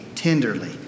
Tenderly